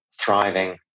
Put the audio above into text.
thriving